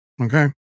Okay